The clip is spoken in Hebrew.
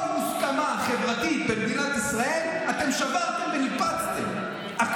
כל מוסכמה חברתית במדינת ישראל אתם שברתם וניפצתם.